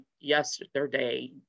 yesterday